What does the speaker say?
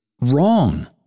wrong